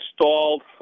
installed